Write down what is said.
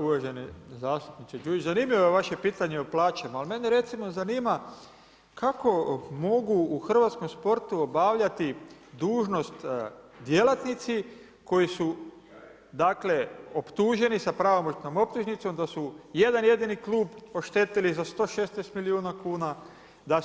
Uvaženi zastupniče Đujić, zanimljivo je vaše pitanje o plaćama, ali mene recimo zanima kako mogu u hrvatskom sportu obavljati dužnost djelatnici koji su optuženi sa pravomoćnom optužnicom da su jedan jedini klub oštetili za 116 milijuna kuna, da